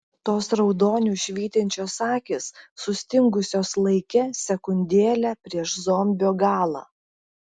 tos raudoniu švytinčios akys sustingusios laike sekundėlę prieš zombio galą